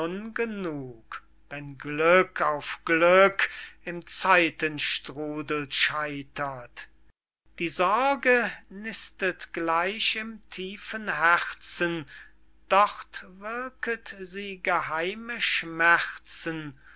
wenn glück auf glück im zeitenstrudel scheitert die sorge nistet gleich im tiefen herzen dort wirket sie geheime schmerzen